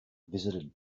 visited